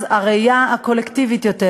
אז הראייה הקולקטיבית יותר,